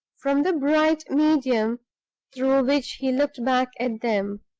from the bright medium through which he looked back at them.